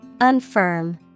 Unfirm